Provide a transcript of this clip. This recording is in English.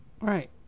right